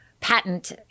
patent